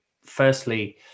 firstly